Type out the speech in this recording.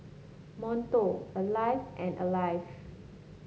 Monto Alive and Alive